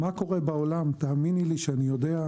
מה קורה בעולם תאמיני לי, אני יודע.